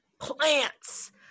plants